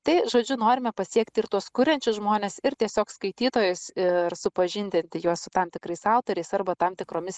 tai žodžiu norime pasiekti ir tuos kuriančius žmones ir tiesiog skaitytojus ir supažindinti juos su tam tikrais autoriais arba tam tikromis